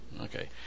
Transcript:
Okay